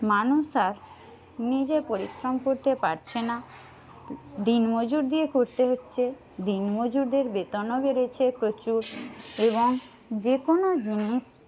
মানুষ আর নিজে পরিশ্রম করতে পারছে না দিনমজুর দিয়ে করতে হচ্ছে দিনমজুরদের বেতনও বেড়েছে প্রচুর এবং যে কোনো জিনিস